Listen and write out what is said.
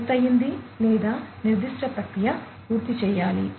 పూర్తయింది లేదా నిర్దిష్ట ప్రక్రియ పూర్తి చేయాలి